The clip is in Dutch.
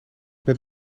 met